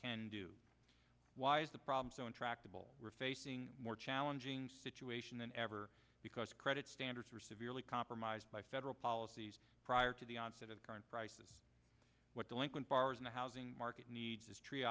can do why is the problem so intractable we're facing more challenging situation than ever because credit standards were severely compromised by federal policies prior to the onset of current prices what delinquent borrowers in the housing it needs history